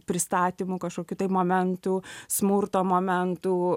pristatymų kažkokių tai momentų smurto momentų